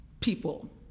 people